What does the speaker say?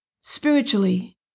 spiritually